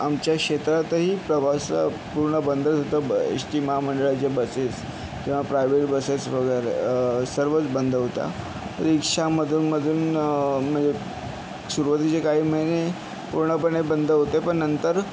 आमच्या क्षेत्रातही प्रवास पूर्ण बंद होतं एश टी महामंडळाचे बसेस किंवा प्रायव्हेट बसेस वगैरे सर्वच बंद होत्या रिक्षा मधूनमधून म्हणजे सुरुवातीचे काही महिने पूर्णपणे बंद होते पण नंतर